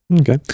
Okay